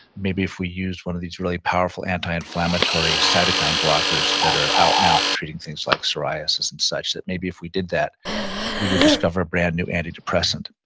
maybe if we used one of these really powerful anti-inflammatory cytokine blockers that are out now for treating things like psoriasis and such, that maybe if we did that we would discover a brand new antidepressant.